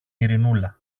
ειρηνούλα